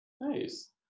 Nice